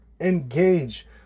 Engage